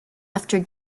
after